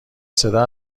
صدا